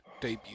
debut